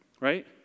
Right